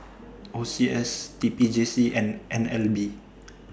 O C S T P J C and N L B